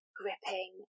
gripping